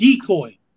decoy